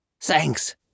Thanks